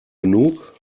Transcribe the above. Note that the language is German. genug